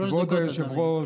שלוש דקות, אדוני.